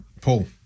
paul